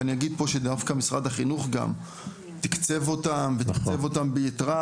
ואני אגיד פה שדווקא משרד החינוך גם תיקצב אותם ותקציב אותם בייתרה,